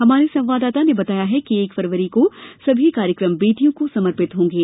हमारे संवाददाता ने बताया है कि एक फरवरी को सभी कार्यक्रम बेटियों को समर्पित होंगे